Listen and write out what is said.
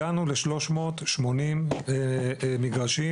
הגענו ל-380מגרשים,